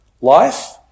life